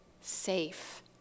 safe